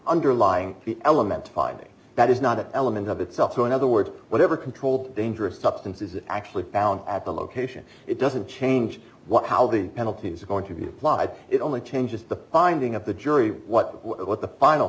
underlying element hiding that is not an element of itself so in other words whatever controlled dangerous substance is actually found at the location it doesn't change what how the penalties are going to be applied it only changes the finding of the jury what what the final